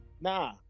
nah